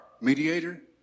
mediator